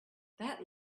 that